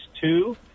two